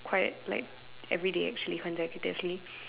quiet like everyday actually consecutively